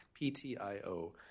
PTIO